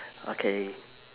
okay